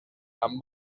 amb